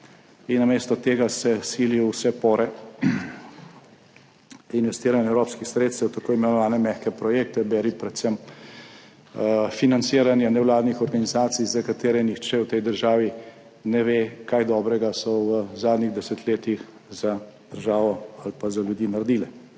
in namesto tega se sili v vse pore investiranja evropskih sredstev v tako imenovane mehke projekte, beri predvsem financiranje nevladnih organizacij, za katere nihče v tej državi ne ve, kaj dobrega so v zadnjih desetletjih za državo ali pa za ljudi naredile.